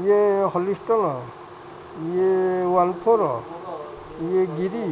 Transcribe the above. ଇଏ ହୋଲଷ୍ଟାଇନ୍ ଇଏ one four ଇଏ ଗିରି